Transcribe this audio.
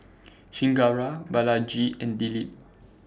Chengara Balaji and Dilip